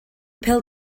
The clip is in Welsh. pêl